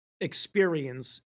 experience